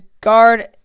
Guard